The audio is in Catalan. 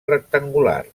rectangular